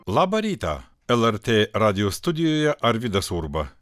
labą rytą lrt radijo studijoje arvydas urba